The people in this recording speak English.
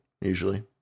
usually